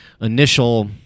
initial